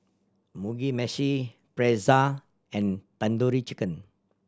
Mugi Meshi Pretzel and Tandoori Chicken